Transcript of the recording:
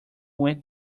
went